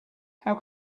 how